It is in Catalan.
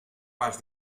pas